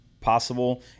possible